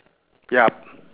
ya